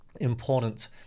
important